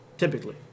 Typically